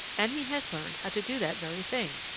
and he has learned how to do that very thing.